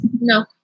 No